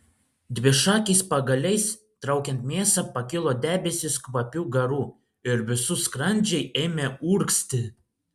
dvišakiais pagaliais traukiant mėsą pakilo debesys kvapių garų ir visų skrandžiai ėmė urgzti